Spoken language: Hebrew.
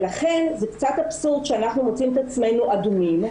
ולכן זה קצת אבסורד שאנחנו מוצאים את עצמנו אדומים,